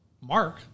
Mark